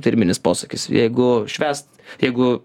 firminis posakis jeigu švęst jeigu